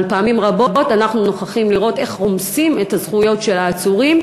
אבל פעמים רבות אנחנו נוכחים לראות איך רומסים את הזכויות של העצורים,